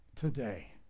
today